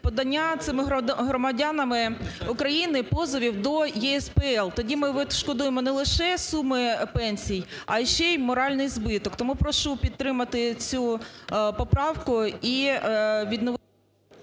подання цими громадянами України позовів до ЄСПЛ, тоді ми відшкодуємо не лише суми пенсій, а ще і моральний збиток. Тому прошу підтримати цю поправку і відно…